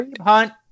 Hunt